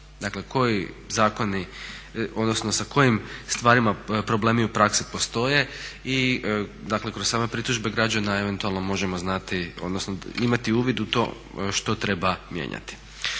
Dakle koji zakoni, odnosno sa kojim stvarima problemi u praksi postoje i dakle kroz same pritužbe građana eventualno možemo znati odnosno imati uvid u to što treba mijenjati.